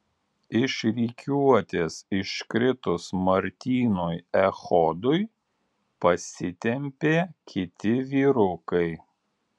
iš rikiuotės iškritus martynui echodui pasitempė kiti vyrukai